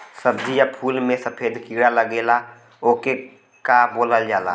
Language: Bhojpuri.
सब्ज़ी या फुल में सफेद कीड़ा लगेला ओके का बोलल जाला?